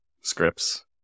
scripts